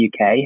UK